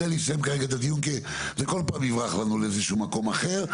בזה אני אסיים את הדיון כי כל פעם זה יברח לנו לאיזה מקום אחר.